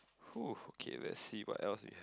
who okay let's see what else we have